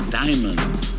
diamonds